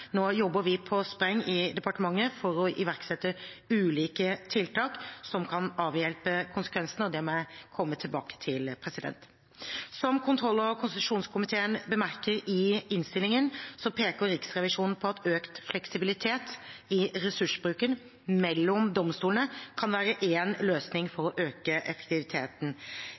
Nå jobber vi på spreng i departementet for å iverksette ulike tiltak som kan avhjelpe konsekvensene. Det må jeg komme tilbake til. Som kontroll- og konstitusjonskomiteen bemerker i innstillingen, peker Riksrevisjonen på at økt fleksibilitet i ressursbruken mellom domstolene kan være én løsning for å øke effektiviteten.